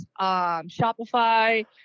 Shopify